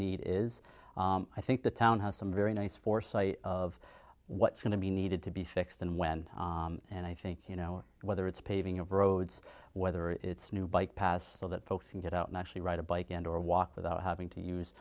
need is i think the town has some very nice foresight of what's going to be needed to be fixed and when and i think you know whether it's paving of roads whether it's new bike paths so that folks can get out and actually ride a bike and or walk without having to use